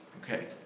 Okay